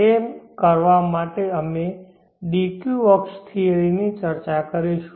તે કરવા માટે અમે આ d q અક્ષ થિયરી ની ચર્ચા કરીશું